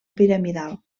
piramidal